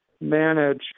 manage